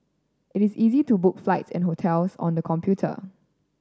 it is easy to book flights and hotels on the computer